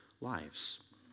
lives